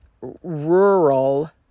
rural